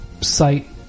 Site